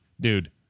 dude